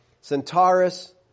Centaurus